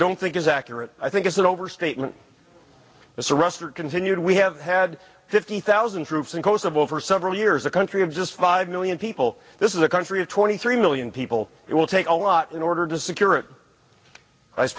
don't think is accurate i think it's an overstatement mr russert continued we have had fifty thousand troops in kosovo for several years a country of just five million people this is a country of twenty three million people it will take a lot in order to secure it